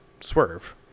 swerve